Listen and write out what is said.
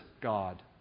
God